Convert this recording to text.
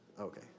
Okay